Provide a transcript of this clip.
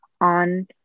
on